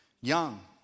young